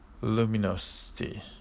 luminosity